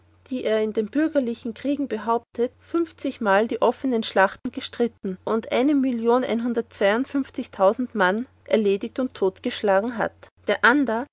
die er in den bürgerlichen kriegen behauptet funfzigmal in offenen feldschlachten gestritten und mann erlegt und totgeschlagen hat der ander